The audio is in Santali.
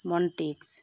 ᱢᱚᱱᱴᱤᱠᱥ